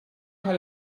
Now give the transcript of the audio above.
had